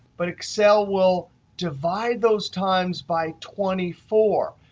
but excel will divide those times by twenty four.